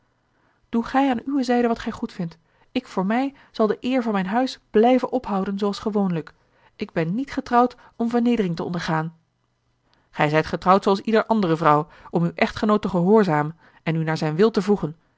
doe gij aan uwe zijde wat gij goedvindt ik voor mij zal de eer van mijn huis blijven ophouden zooals gewoonlijk ik ben niet getrouwd om vernedering te ondergaan gij zijt getrouwd zooals ieder andere vrouw om uw echtgenoot te gehoorzamen en uw naar zijn wil te voegen